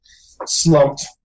slumped